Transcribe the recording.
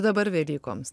dabar velykoms